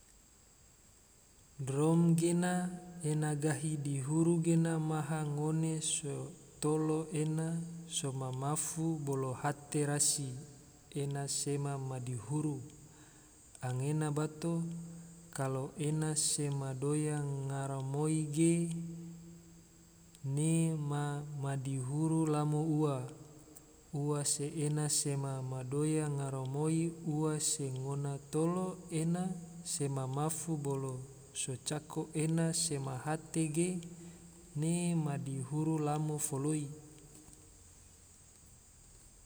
Drom gena ena gahi dihuru gena maha ngone so tolo ena sema mafu, bolo hate rasi ena sema madihuru, anggena bato kalo ena sema doya garamoi ge, ge ma madihuru lamo ua, ua se ena sema sema ma doya garamoi ua se ngona tolo ena, sema mafu bolo so cako ena sema hate ge, ge ma madihuru lamo foloi